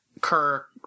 Kirk